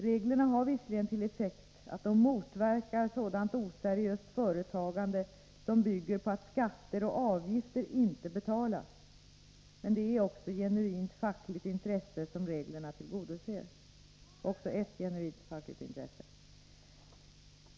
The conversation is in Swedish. Reglerna har visserligen till effekt att de motverkar sådant oseriöst företagande som bygger på att skatter och avgifter inte betalas. Men det är också ett genuint fackligt intresse som reglerna tillgodoser.